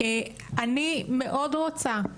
אני מאוד רוצה,